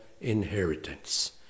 inheritance